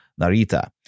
Narita